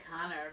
Connor